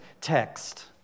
text